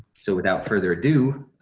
so without further ado,